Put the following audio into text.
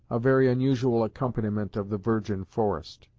a very unusual accompaniment of the virgin forest.